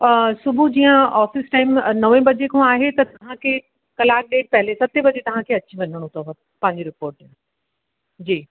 सुबुह जीअं office time नवें बजे खां आहे त तव्हांखे कलाकु ॾेढु पहिरीं त सतें बजे तव्हांखे अची वञिणो अथव पंहिंजी रिपोर्ट ॾियण जी